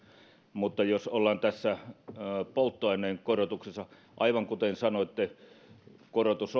mutta jos ollaan tässä polttoaineen korotuksessa niin aivan kuten sanoitte korotus